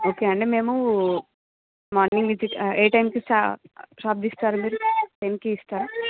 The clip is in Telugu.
ఓకే అండి మేము మార్నింగ్ నుంచి ఏ టైం కి షా షాప్ తీస్తారు మీరు ఏ టెన్ కి తీస్తారా